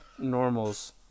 normals